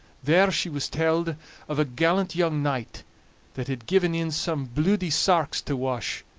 there she was telled of a gallant young knight that had given in some bluidy sarks to wash,